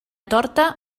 torta